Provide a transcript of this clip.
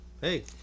hey